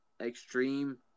Extreme